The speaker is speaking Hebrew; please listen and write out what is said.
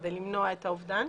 כדי למנוע את האובדן,